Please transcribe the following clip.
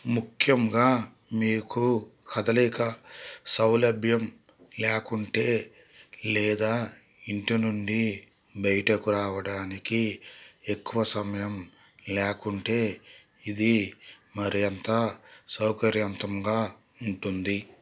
ముఖ్యంగా మీకు కదలిక సౌలభ్యం లేకుంటే లేదా ఇంటి నుండి బయటకురావడానికి ఎక్కువ సమయం లేకుంటే ఇది మరింత సౌకర్యవంతంగా ఉంటుంది